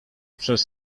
przez